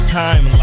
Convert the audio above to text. time